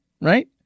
right